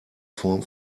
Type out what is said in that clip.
form